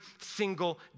single